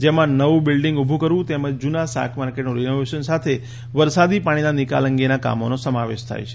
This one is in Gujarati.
જેમાં નવું બિલ્ડીંગ ઉભુ કરવા તેમજ જૂના શાકમાર્કેટ રીનોવેશન સાથે વરસાદી પાણીના નિકાલ અંગેના કામોનો સાવેશ થાય છે